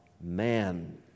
Man